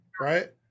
right